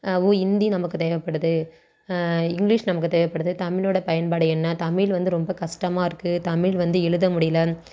ஓ ஹிந்தி நமக்கு தேவைப்படுது இங்கிலீஷ் நமக்கு தேவைப்படுது தமிழோடய பயன்பாடு என்ன தமிழ் வந்து ரொம்ப கஷ்டமாக இருக்குது தமிழ் வந்து எழுத முடியல